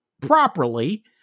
properly